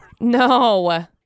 No